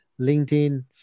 LinkedIn